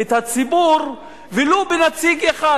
את הציבור ולו בנציג אחד?